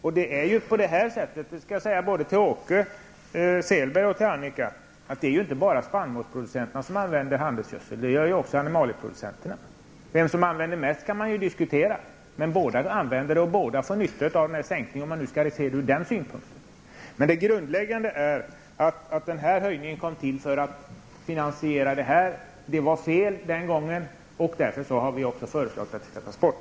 Jag vill säga till både Annika Åhnberg och Åke Selberg att det inte bara är spannmålsproducenterna som använder handelsgödsel. Det gör även animalieproducenterna. Vem som använder mest kan diskuteras, men båda grupperna använder det, och båda grupperna får nytta av sänkningen, om man skall se det ur den synpunkten. Det grundläggande är att höjningen kom till för att finansiera det här. Det var fel den gången, och därför har vi förslagit att det skall tas bort.